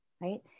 right